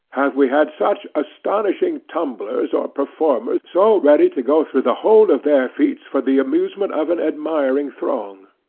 have we had such astonishing tumblers, or performers so ready to go through the whole of their feats for the amusement of an admiring throng.